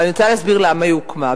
אני רוצה להסביר למה היא הוקמה.